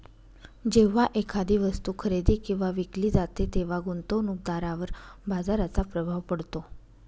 जेव्हा एखादी वस्तू खरेदी किंवा विकली जाते तेव्हा गुंतवणूकदारावर बाजाराचा प्रभाव पडतो